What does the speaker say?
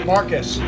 Marcus